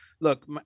look